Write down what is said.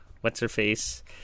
what's-her-face